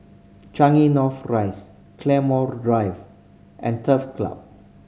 Changi North Rise Claymore Drive and Turf Club